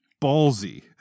ballsy